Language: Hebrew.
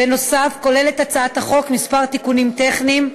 בנוסף, כוללת הצעת החוק כמה תיקונים טכניים.